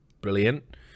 Brilliant